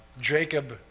Jacob